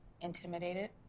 intimidated